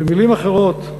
במילים אחרות,